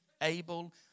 able